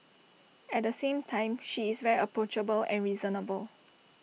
at the same time she is very approachable and reasonable